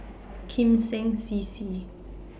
Kim Seng C C